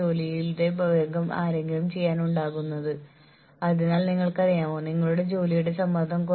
ജോലി മൂല്യനിർണ്ണയ സംവിധാനം അത് ചെയ്യേണ്ടത് ചെയ്യുന്നുണ്ടെന്ന് ഉറപ്പാക്കാൻ സ്റ്റാറ്റിസ്റ്റിക്കൽ തെളിവുകൾ ഇടയ്ക്കിടെ പരിശോധിക്കുക